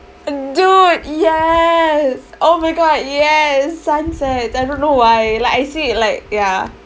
dude yes oh my god yes sunsets I don't know why like I said like ya